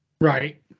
Right